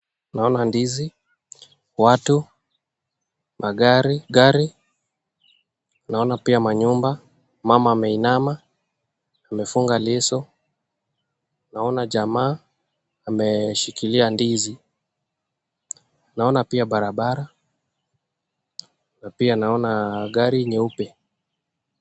Naona ndizi watu magari, naona pia manyumba mama ameinama amefunga leso, naona jamaa ameshikilia ndizi, naona pia barabara na pia naona gari nyeupe.